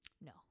No